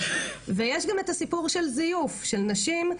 ויש גם את הסיפור של זיוף של נשים,